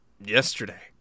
yesterday